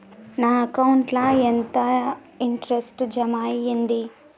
నా అకౌంట్ ల ఎంత ఇంట్రెస్ట్ జమ అయ్యింది?